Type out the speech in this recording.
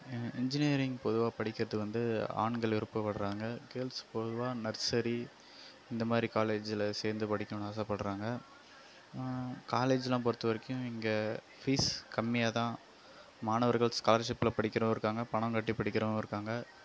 engineering பொதுவாக படிக்கிறதுக்கு வந்து ஆண்கள் விருப்பப்படுறாங்க கேர்ள்ஸ் பொதுவாக நர்சரி இந்த மாதிரி காலேஜில் சேர்ந்து படிக்கணும்ன்னு ஆசைப்படுறாங்க காலேஜு எல்லாம் பொறுத்த வரைக்கும் இங்கே ஃபீஸ் கம்மியாக தான் மாணவர்கள் ஸ்காலர்ஷிப்பில் படிக்கிறவர்ருக்காங்க பணம் கட்டி படிக்கிறவங்க இருக்காங்க